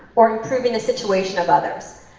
or improving the situation of others.